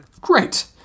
Great